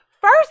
First